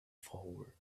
forward